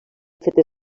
fetes